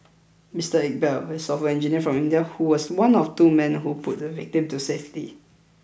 Mister Iqbal a software engineer from India who was one of two men who pulled the victim to safety